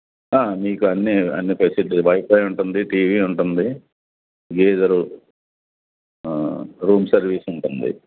మీకు అన్నీ అన్నీ ఫెసిలిటీ వైఫై ఉంటుంది టీవీ ఉంటుంది గీజరు రూమ్ సర్వీసుంటుంది